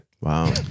wow